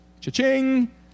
Cha-ching